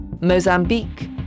Mozambique